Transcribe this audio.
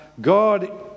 God